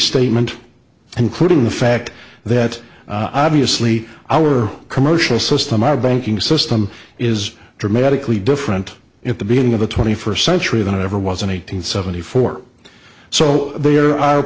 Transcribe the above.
statement including the fact that obviously our commercial system our banking system is dramatically different at the beginning of the twenty first century than it ever was in eight hundred seventy four so there are